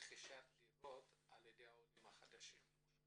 רכישת דירות על ידי העולים החדשים.